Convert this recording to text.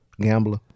gambler